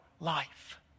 Life